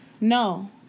no